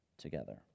Together